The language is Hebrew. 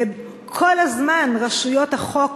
וכל הזמן רשויות החוק,